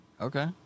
Okay